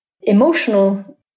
emotional